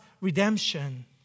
redemption